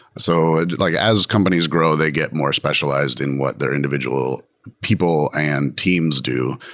so and like as companies grow, they get more specialized in what their individual people and teams do.